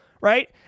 right